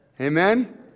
Amen